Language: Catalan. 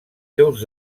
seus